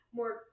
more